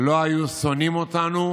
לא היו שונאים אותנו